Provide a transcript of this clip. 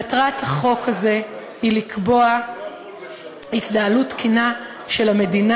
מטרת החוק הזה היא לקבוע התנהלות תקינה של המדינה